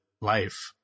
Life